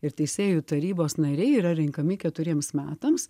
ir teisėjų tarybos nariai yra renkami keturiems metams